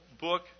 book